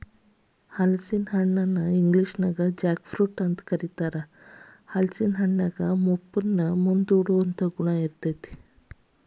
ಹಲಸಿನ ಹಣ್ಣನ ಇಂಗ್ಲೇಷನ್ಯಾಗ ಜಾಕ್ ಫ್ರೂಟ್ ಅಂತ ಕರೇತಾರ, ಹಲೇಸಿನ ಹಣ್ಣಿನ್ಯಾಗ ಮುಪ್ಪನ್ನ ಮುಂದೂಡುವ ಗುಣ ಇರ್ತೇತಿ